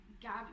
Gab